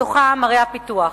ובתוכן ערי הפיתוח.